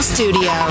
Studio